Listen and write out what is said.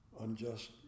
unjust